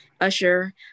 Usher